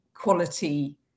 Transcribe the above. Quality